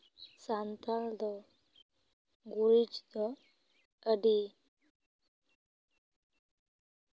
ᱥᱟᱱᱛᱟᱲ ᱫᱚ ᱜᱩᱨᱤᱡ ᱫᱚ ᱟᱹᱰᱤ